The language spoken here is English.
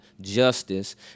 justice